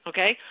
Okay